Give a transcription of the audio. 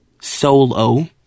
Solo